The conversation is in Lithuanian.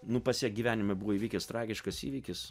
nu pas ją gyvenime buvo įvykęs tragiškas įvykis